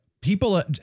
people